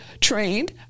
trained